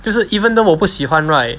就是 even though 我不喜欢 right